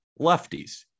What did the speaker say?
Lefties